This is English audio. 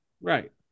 right